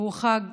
שהוא חג